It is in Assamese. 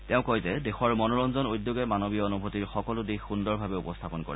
তেওঁ কয় যে দেশৰ মনোৰঞ্জন উদ্যোগে মানৱীয় অনুভূতিৰ সকলো দিশ সুন্দৰভাৱে উপস্থাপন কৰে